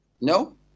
No